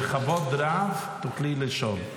בכבוד רב תוכלי לשאול.